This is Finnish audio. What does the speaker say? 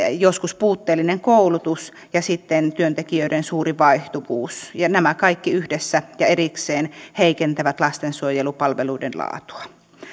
joskus puutteellinen koulutus ja sitten työntekijöiden suuri vaihtuvuus nämä kaikki yhdessä ja erikseen heikentävät lastensuojelupalveluiden laatua